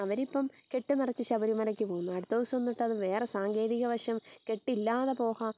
അവരിപ്പം കെട്ട് നിറച്ച് ശബരിമലയ്ക്ക് പോകുന്നു അടുത്ത ദിവസം തൊട്ടത് വേറെ സാങ്കേതികവശം കെട്ടില്ലാതെ പോകാം